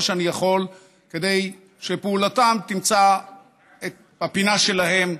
שאני יכול כדי שפעולתם תמצא את הפינה שלהם,